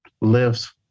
lives